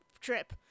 trip